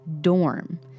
dorm